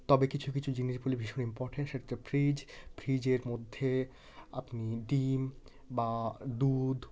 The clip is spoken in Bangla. তবে কিছু কিছু জিনিসগুলি ভীষণ ইম্পর্টেন্ট সেটা হচ্ছে ফ্রিজ ফ্রিজের মধ্যে আপনি ডিম বা দুধ